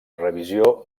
revisió